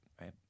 right